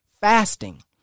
fasting